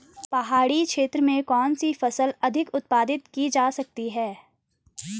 पहाड़ी क्षेत्र में कौन सी फसल अधिक उत्पादित की जा सकती है?